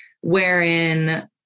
wherein